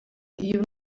even